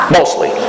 mostly